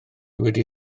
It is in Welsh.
wedi